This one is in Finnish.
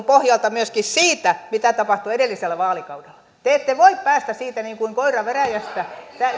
pohjalta myöskin siitä mitä tapahtui edellisellä vaalikaudella te ette voi päästä siitä niin kuin koira veräjästä